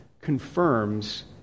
confirms